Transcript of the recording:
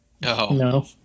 No